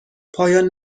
پایان